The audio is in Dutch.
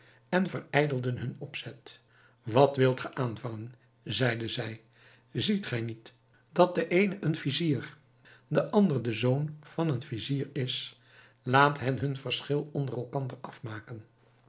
en verijdelden hun opzet wat wilt gij aanvangen zeiden zij ziet gij niet dat de een vizier de ander de zoon van een vizier is laat hen hun verschil onder elkander afmaken